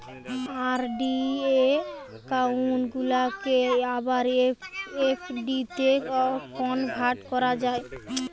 RD account গুলাকে আবার এফ.ডিতে কনভার্ট করা যায়